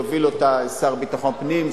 יוביל אותה השר לביטחון הפנים,